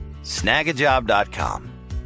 Snagajob.com